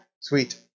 Sweet